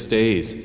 days